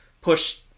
push